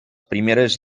primeres